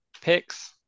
picks